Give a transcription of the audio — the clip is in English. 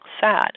sad